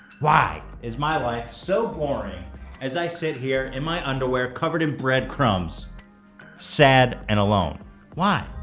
why is my life so boring as i sit here in my underwear covered in breadcrumbs sad and alone why?